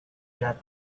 got